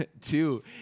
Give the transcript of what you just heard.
Two